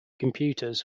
computers